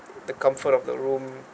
the comfort of the room